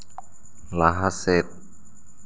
ᱞᱟᱦᱟ ᱥᱮᱫ